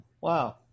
Wow